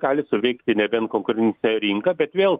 gali suveikti nebent konkurencinė rinka bet vėl